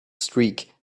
streak